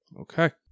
Okay